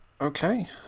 Okay